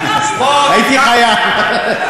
הייתי חייב.